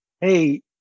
Hey